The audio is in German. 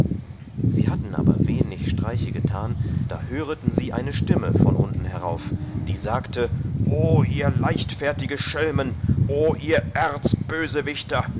sie hatten aber wenig streiche getan da höreten sie eine stimme von unten herauf die sagte o ihr leichtfertige schelmen o ihr